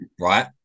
right